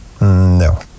No